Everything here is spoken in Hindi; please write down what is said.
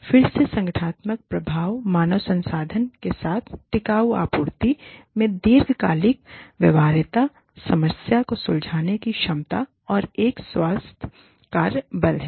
फिर से संगठनात्मक प्रभाव मानव संसाधनों के साथ टिकाऊ आपूर्ति में दीर्घकालिक व्यवहार्यता समस्या को सुलझाने की क्षमता और एक स्वस्थ कार्य बल है